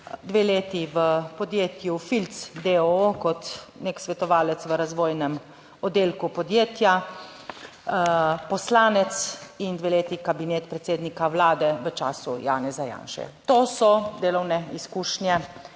dve leti v podjetju Filc d. o. o. kot nek svetovalec v razvojnem oddelku podjetja, poslanec in dve leti kabinet predsednika vlade v času Janeza Janše. To so delovne izkušnje